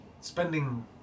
spending